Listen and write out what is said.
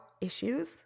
issues